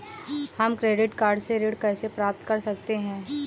हम credit card से ऋण कैसे प्राप्त कर सकते हैं?